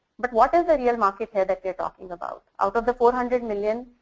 but what is the real market here that theyire talking about. out of the four hundred million,